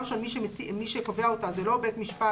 מי שקובע את הסכום בעבירה מנהלית זה לא בית משפט